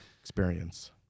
experience